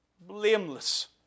Blameless